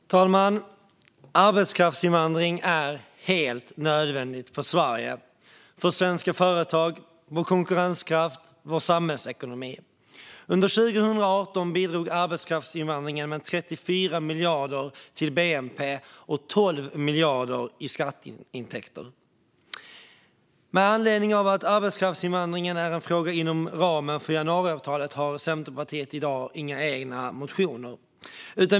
Fru talman! Arbetskraftsinvandring är helt nödvändigt för Sverige, för svenska företag, vår konkurrenskraft och vår samhällsekonomi. Under 2018 bidrog arbetskraftsinvandringen med 34 miljarder till bnp och 12 miljarder i skatteintäkter. Med anledning av att arbetskraftsinvandringen är en fråga inom ramen för januariavtalet har Centerpartiet i dag inga egna motioner.